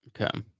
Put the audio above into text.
okay